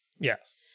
Yes